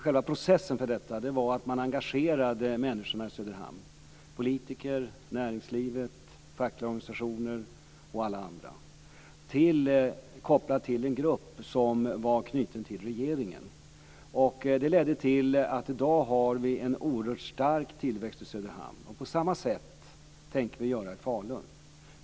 Själva processen innebar att människorna i Söderhamn engagerades, dvs. politiker, näringslivet, de fackliga organisationerna och alla andra kopplades till en grupp som var knuten till regeringen. Det ledde till att det i dag finns en oerhört stark tillväxt i Söderhamn. På samma sätt tänker vi göra i Falun.